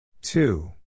Two